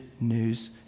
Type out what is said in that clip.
news